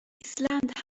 ایسلند